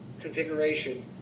configuration